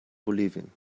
bolivien